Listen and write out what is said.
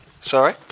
Sorry